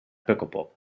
pukkelpop